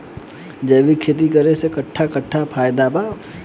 जैविक खेती करे से कट्ठा कट्ठा फायदा बा?